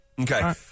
Okay